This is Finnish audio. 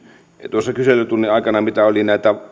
tuossa kyselytunnin aikana mitä oli näitä